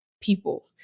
people